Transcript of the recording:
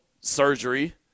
surgery